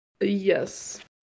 Yes